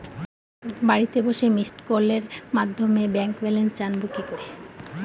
বাড়িতে বসে মিসড্ কলের মাধ্যমে ব্যাংক ব্যালেন্স জানবো কি করে?